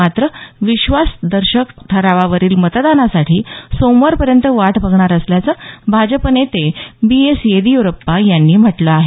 मात्र विश्वासदर्शक ठरावावरील मतदानासाठी सोमवारपर्यंत वाट बघणार असल्याचं भाजप नेते बी एस येदीयरप्पा यांनी म्हटलं आहे